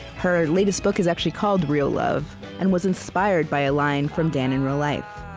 her latest book is actually called real love and was inspired by a line from dan in real life